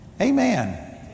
Amen